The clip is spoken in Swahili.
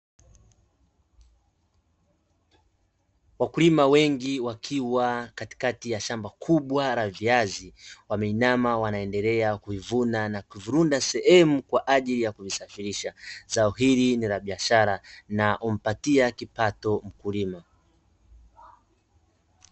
Wakulima wengi wakiwa katikati ya shamba kubwa la viazi, wameinama wanaendelea kuivuna na kuivurunda sehemu kwa ajili ya kuisafirisha, zao hili ni la biashara na humpatia kipato mkulima.